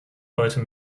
heute